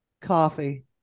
coffee